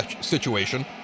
situation